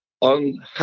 on